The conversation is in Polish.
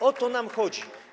O to nam chodzi.